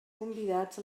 convidats